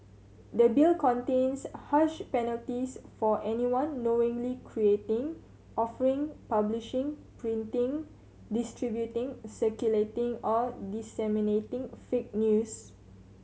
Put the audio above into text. the Bill contains harsh penalties for anyone knowingly creating offering publishing printing distributing circulating or disseminating fake news